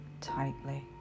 tightly